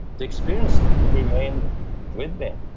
the experience remain with me.